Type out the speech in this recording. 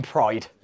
Pride